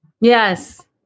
Yes